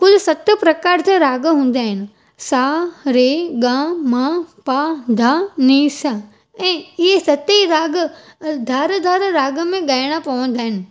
कुलु सत प्रकार जा राग हूंदा आहिनि सा रे गा मा पा धा नी सा ऐं इहे सत ई राग धार धार राग में ॻाइणा पवंदा आहिनि